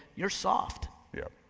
you're soft. yeah